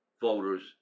voters